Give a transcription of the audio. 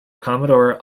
commodore